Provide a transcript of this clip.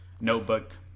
notebook